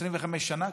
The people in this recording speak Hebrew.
25 שנה,